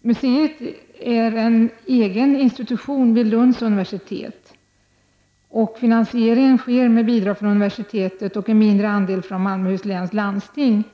Museet är en egen institution vid Lunds universitet. Finansieringen sker genom bidrag från universitetet och en mindre andel från Malmöhus läns landsting.